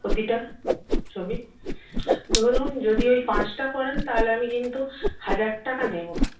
প্রতিটা ছবির ধরুন যদি ওই পাঁচটা করেন তাহলে আমি কিন্তু হাজার টাকা নেব